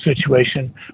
situation